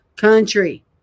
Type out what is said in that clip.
Country